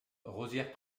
rosières